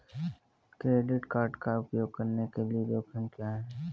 Credit card का उपयोग करने के जोखिम क्या हैं?